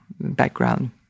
background